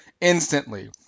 instantly